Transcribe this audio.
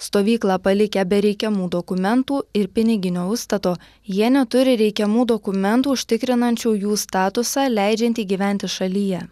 stovyklą palikę be reikiamų dokumentų ir piniginio užstato jie neturi reikiamų dokumentų užtikrinančių jų statusą leidžiantį gyventi šalyje